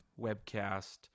webcast